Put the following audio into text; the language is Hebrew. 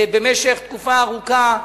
במשך תקופה ארוכה,